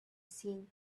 seen